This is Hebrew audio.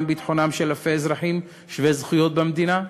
ביטחונם של אלפי אזרחים שווי זכויות במדינה?